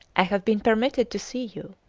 i have been permitted to see you